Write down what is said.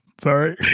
Sorry